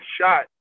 shot